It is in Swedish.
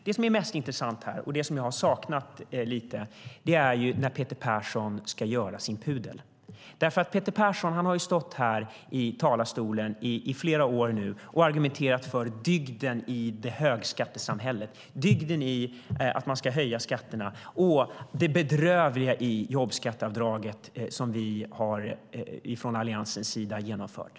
Det mest intressanta, och det som jag lite grann saknat, är när Peter Persson ska göra sin pudel. Peter Persson har i flera år stått i talarstolen och argumenterat för dygden i högskattesamhället, dygden i en höjning av skatterna och det bedrövliga i de jobbskatteavdrag som vi från Alliansens sida har genomfört.